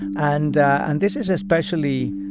and and this is especially